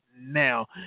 now